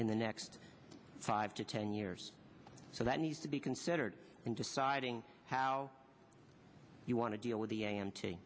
in the next five to ten years so that needs to be considered in deciding how you want to deal with the a m t